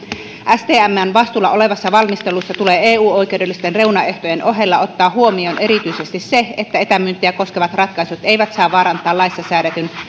stmn vastuulla olevassa valmistelussa tulee eu oikeudellisten reunaehtojen ohella ottaa huomioon erityisesti se että etämyyntiä koskevat ratkaisut eivät saa vaarantaa laissa säädetyn